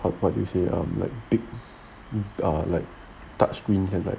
like what about you say like big uh like touchscreen 现在